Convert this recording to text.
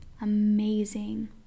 amazing